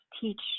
teach